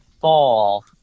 fall